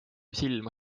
silma